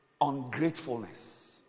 ungratefulness